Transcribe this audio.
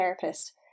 therapist